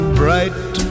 bright